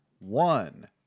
one